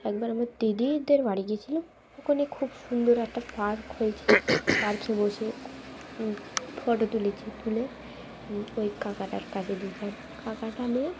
একবার আমার দিদিদের বাড়ি গিয়েছিলাম ওখানে খুব সুন্দর একটা পার্ক হয়েছে পার্কে বসে ফটো তুলেছি তুলে ওই কাকাটার কাছে দিলাম কাকাটা নিয়ে